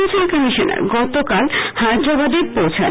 নির্বাচন কমিশনার গতকাল হায়দ্রাবাদে পৌঁছান